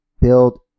build